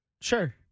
sure